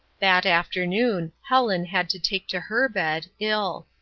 that afternoon helen had to take to her bed, ill.